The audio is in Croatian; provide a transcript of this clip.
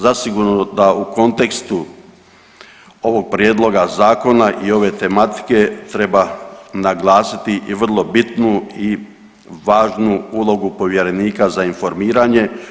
Zasigurno da u kontekstu ovog prijedloga zakona i ove tematike treba naglasiti i vrlo bitnu i važnu ulogu povjerenika za informiranje.